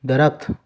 درخت